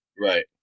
Right